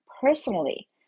personally